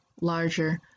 larger